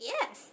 Yes